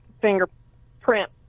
fingerprint